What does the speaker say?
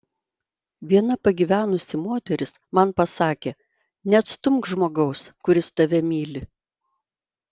viena pagyvenusi moteris man pasakė neatstumk žmogaus kuris tave myli